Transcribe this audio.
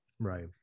Right